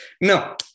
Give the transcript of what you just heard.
no